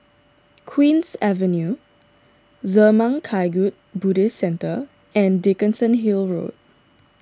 Queen's Avenue Zurmang Kagyud Buddhist Centre and Dickenson Hill Road